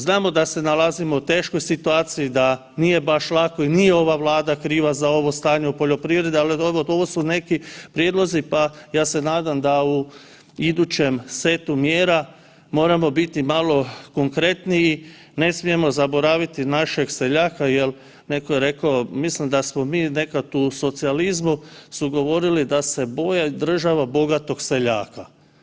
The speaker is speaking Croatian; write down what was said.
Znamo da se nalazimo u teškoj situaciji, da nije baš lako i nije ova Vlada kriva za ovo stanje u poljoprivrede, ali ovo su neki prijedlozi pa ja se nadam da u idućem setu mjera moramo biti malo konkretniji, ne smijemo zaboraviti našeg seljaka jer neko je rekao mislim da smo mi nekada u socijalizmu su govorili da boji država bogatog seljaka.